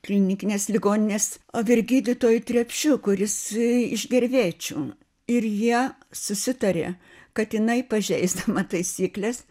klinikinės ligoninės vyr gydytoju trepšiu kuris iš gervėčių ir jie susitarė kad jinai pažeisdama taisykles